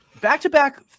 back-to-back